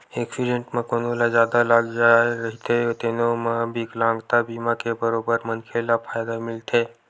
accident म कोनो ल जादा लाग जाए रहिथे तेनो म बिकलांगता बीमा के बरोबर मनखे ल फायदा मिलथे